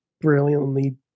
brilliantly